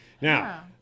Now